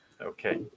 okay